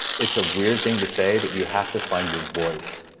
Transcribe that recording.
it's a weird thing to say, but you have to find your voice.